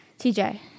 TJ